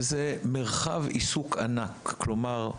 וזה מרחב עיסוק ענק, כלומר,